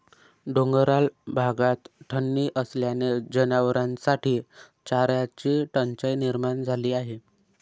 डोंगराळ भागात थंडी असल्याने जनावरांसाठी चाऱ्याची टंचाई निर्माण झाली आहे